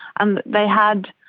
and they had